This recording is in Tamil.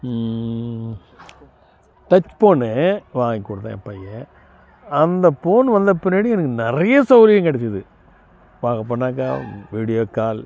டச் போனு வாங்கி கொடுத்தான் என் பையன் அந்த போன் வந்த பின்னாடி எனக்கு நிறைய சௌரியம் கிடச்சிது பார்க்க போனாக்கா வீடியோ கால்